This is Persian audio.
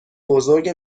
بزرگ